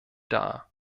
dar